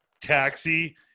Taxi